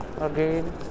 again